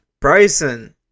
bryson